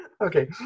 Okay